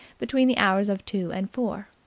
between the hours of two and four.